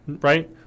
right